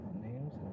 names